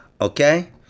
Okay